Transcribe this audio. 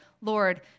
Lord